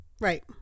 Right